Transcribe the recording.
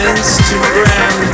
Instagram